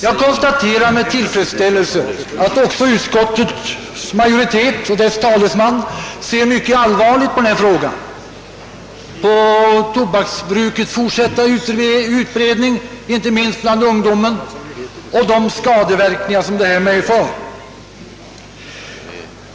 Jag konstaterar med tillfredsställelse att också utskottets majoritet och dess talesman ser mycket allvarligt på frågan om tobaksbrukets fortsatta utbredning, inte minst bland ungdomen, samt på de skadeverkningar det medför.